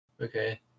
Okay